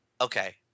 okay